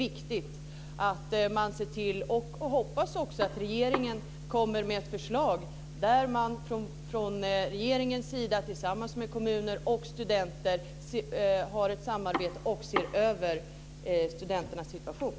Jag hoppas också att regeringen lägger fram ett förslag där man från regeringens sida tillsammans med kommuner och studenter har ett samarbete och ser över studenternas situation.